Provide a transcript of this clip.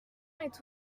est